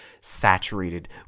saturated